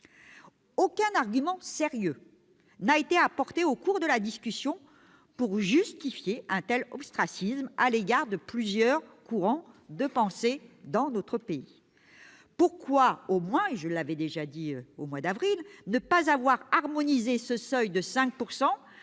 Aucun argument sérieux n'a été apporté au cours de la discussion pour justifier un tel ostracisme à l'égard de plusieurs courants de pensée dans notre pays. Au minimum, pourquoi ne pas avoir harmonisé ce seuil de 5 %